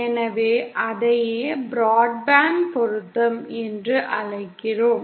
எனவே அதையே பிராட்பேண்ட் பொருத்தம் என்று அழைக்கிறோம்